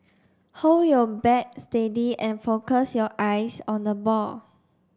hold your bat steady and focus your eyes on the ball